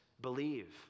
believe